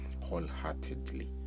wholeheartedly